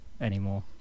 anymore